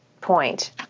point